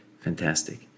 Fantastic